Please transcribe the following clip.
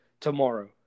tomorrow